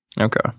okay